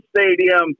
stadium